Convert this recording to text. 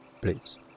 please